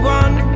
one